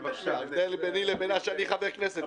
ההבדל ביני לבינה שאני חבר כנסת,